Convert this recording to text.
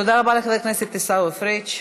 תודה רבה לחבר הכנסת עיסאווי פריג'.